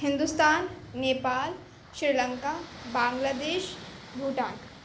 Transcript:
Hindustan Nepal Sri Lanka Bangladesh Bhutan